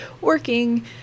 working